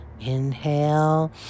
inhale